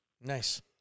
nice